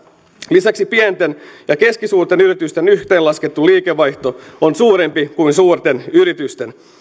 lisäksi pienten ja keskisuurten yritysten yhteenlaskettu liikevaihto on suurempi kuin suurten yritysten